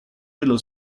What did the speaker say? dello